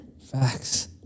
facts